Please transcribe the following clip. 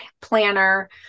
planner